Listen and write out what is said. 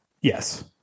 Yes